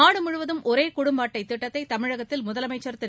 நாடு முழுவதும் ஒரே குடும்ப அட்டை திட்டத்தை தமிழகத்தில் முதலமைச்சர் திரு